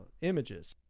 images